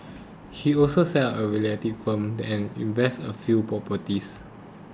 he also set up a realty firm and invested in a few properties